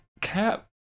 Cap